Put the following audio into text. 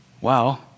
wow